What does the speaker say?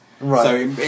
Right